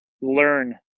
learn